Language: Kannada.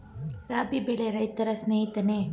ರಾಬಿ ಬೆಳೆ ರೈತರ ಸ್ನೇಹಿತನೇ?